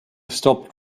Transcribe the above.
stopped